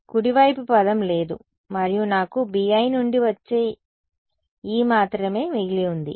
కుడి వైపు పదం లేదు మరియు నాకు BI నుండి వచ్చే e మాత్రమే మిగిలి ఉంది